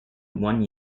one